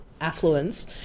affluence